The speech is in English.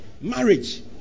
Marriage